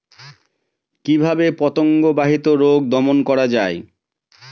কিভাবে পতঙ্গ বাহিত রোগ দমন করা যায়?